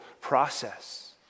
process